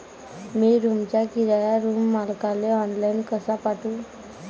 मी रूमचा किराया रूम मालकाले ऑनलाईन कसा पाठवू?